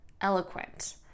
eloquent